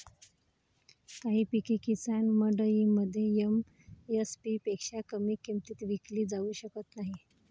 काही पिके किसान मंडईमध्ये एम.एस.पी पेक्षा कमी किमतीत विकली जाऊ शकत नाहीत